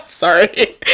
Sorry